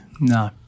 No